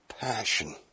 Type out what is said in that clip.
passion